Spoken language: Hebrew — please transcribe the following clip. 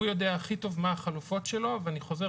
הוא יודע הכי טוב מה החלופות שלו ואני חוזר